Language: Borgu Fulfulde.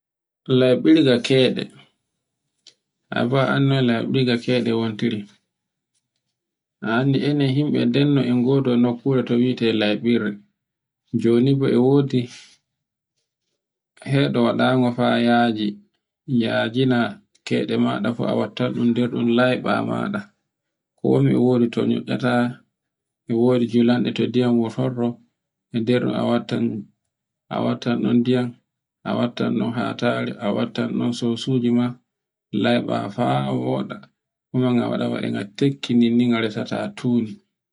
Laɓɓirga keɗe, ai bo a anndi laɓɓirga keyde wontiri. A anndi anen himɓe anen den no e nogoda nokkure to wi'ete laɓɓirde. Joni bo e wodi, hedo wadango faa yaji, yajina keyɗe maɗa du a wattaɗum nder ɗun layba maɗa komi e wodi ro noyo'aata e wodi julande to ndiyam wurtorto e nder ɗun a wattan, a wattaɗun ndiyam, a wattanɗun hatare, a wattanɗun sosojima layba faa woɗa, kuma nga waɗa waɗa ga tekki ninni nga resata tundi.